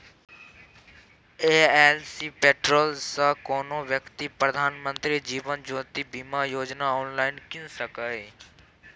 LIC portal सँ कोनो बेकती प्रधानमंत्री जीबन ज्योती बीमा योजना आँनलाइन कीन सकैए